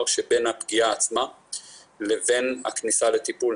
שבין הפגיעה עצמה לבין הכניסה לטיפול.